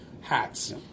hats